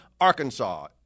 Arkansas